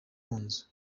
mazu